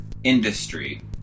industry